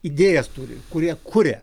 idėjas turi kurie kuria